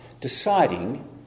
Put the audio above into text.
deciding